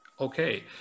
Okay